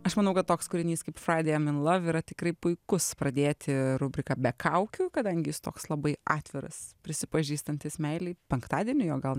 aš manau kad toks kūrinys kaip friday im in love yra tikrai puikus pradėti rubriką be kaukių kadangi jis toks labai atviras prisipažįstantis meilei penktadieniui o gal